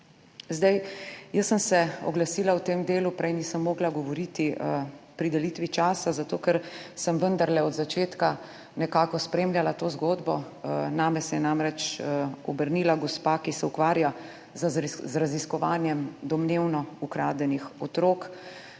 Jaz sem se oglasila v tem delu, prej nisem mogla govoriti pri delitvi časa, zato ker sem vendarle od začetka nekako spremljala to zgodbo. Name se je namreč obrnila gospa, ki se ukvarja z raziskovanjem domnevno ukradenih otrok.